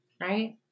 right